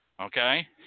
okay